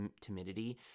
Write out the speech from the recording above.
timidity